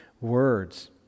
words